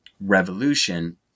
revolution